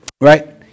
right